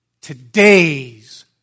Today's